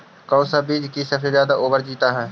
कौन सा ऐसा बीज है की सबसे ज्यादा ओवर जीता है?